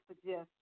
suggest